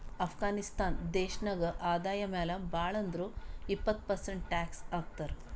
ಅಫ್ಘಾನಿಸ್ತಾನ್ ದೇಶ ನಾಗ್ ಆದಾಯ ಮ್ಯಾಲ ಭಾಳ್ ಅಂದುರ್ ಇಪ್ಪತ್ ಪರ್ಸೆಂಟ್ ಟ್ಯಾಕ್ಸ್ ಹಾಕ್ತರ್